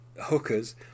hookers